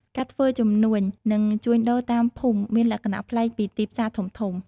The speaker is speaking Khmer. ការធ្វើជំនួញនិងជួញដូរតាមភូមិមានលក្ខណៈប្លែកពីទីផ្សារធំៗ។